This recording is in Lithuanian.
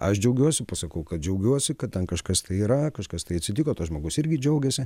aš džiaugiuosi pasakau kad džiaugiuosi kad ten kažkas tai yra kažkas tai atsitiko tas žmogus irgi džiaugiasi